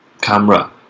camera